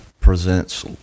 presents